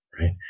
right